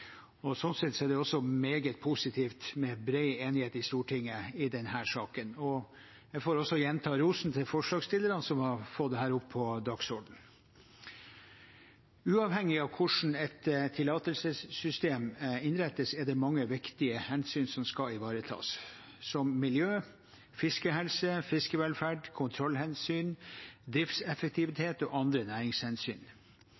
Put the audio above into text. sett er det også meget positivt med bred enighet i Stortinget i denne saken. Jeg får også gjenta rosen til forslagsstillerne som har fått dette opp på dagsordenen. Uavhengig av hvordan et tillatelsessystem innrettes, er det mange viktige hensyn som skal ivaretas, som miljø, fiskehelse, fiskevelferd, kontrollhensyn,